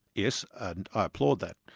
yes, and i applaud that,